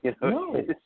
No